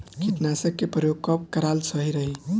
कीटनाशक के प्रयोग कब कराल सही रही?